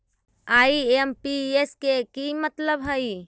IMPS के कि मतलब है?